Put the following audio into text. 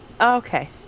Okay